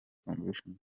convention